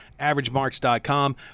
averagemarks.com